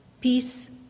peace